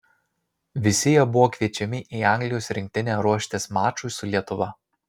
visi jie buvo kviečiami į anglijos rinktinę ruoštis mačui su lietuva